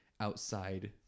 outside